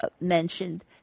mentioned